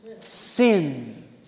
Sin